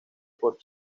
por